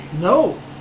No